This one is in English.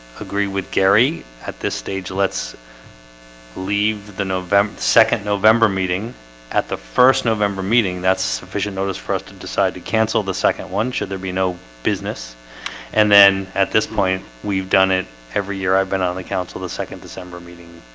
agree with gary gary at this stage. let's leave the november second november meeting at the first november meeting. that's sufficient notice for us to decide to cancel the second one should there be no business and then at this point we've done it every year. i've been on the council the second december meeting